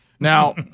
Now